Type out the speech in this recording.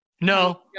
no